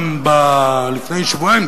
גם לפני שבועיים,